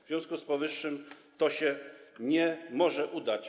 W związku z powyższym to się nie może udać.